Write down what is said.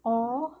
or